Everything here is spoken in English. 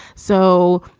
so,